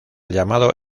llamado